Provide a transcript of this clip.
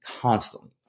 constantly